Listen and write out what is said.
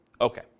Okay